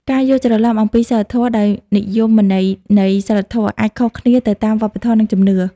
ការយល់ច្រឡំអំពី "សីលធម៌" ដោយនិយមន័យនៃ "សីលធម៌" អាចខុសគ្នាទៅតាមវប្បធម៌ និងជំនឿ។